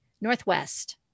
Northwest